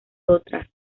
otras